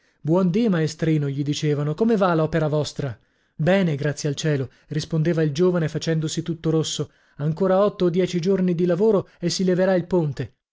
buon dì maestrino gli dicevano come va l'opera vostra bene grazie al cielo rispondeva il giovane facendosi tutto rosso ancora otto o dieci giorni di lavoro e si leverà il ponte